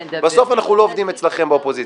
בסוף אנחנו לא עובדים אצלכם באופוזיציה.